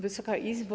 Wysoka Izbo!